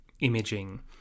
imaging